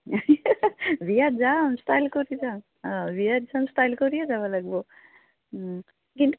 বিয়াত যাম ষ্টাইল কৰি যাম অঁ বিয়াত যাম ষ্টাইল কৰিয়ে যাব লাগব কিন্তু